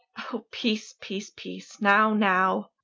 o, peace, peace, peace! now, now.